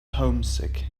homesick